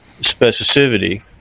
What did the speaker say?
specificity